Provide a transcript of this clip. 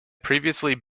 previously